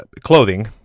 clothing